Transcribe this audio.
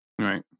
Right